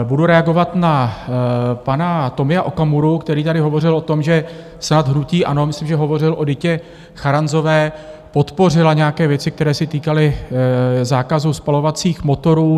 Budu reagovat na pana Tomia Okamuru, který tady hovořil o tom, že snad hnutí ANO myslím, že hovořil o Ditě Charanzové podpořilo nějaké věci, které se týkaly zákazu spalovacích motorů.